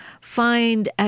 find